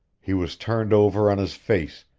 he was turned over on his face,